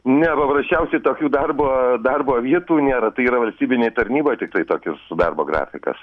nėra paprasčiausiai tokių darbo darbo vietų nėra tai yra valstybinėj tarnyboj tik taip tokis darbo grafikas